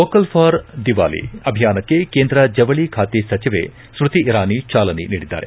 local for Diwali ಅಭಿಯಾನಕ್ಕೆ ಕೇಂದ್ರ ಜವಳಿ ಖಾತೆ ಸಚಿವೆ ಸ್ನತಿ ಇರಾನಿ ಚಾಲನೆ ನೀಡಿದ್ದಾರೆ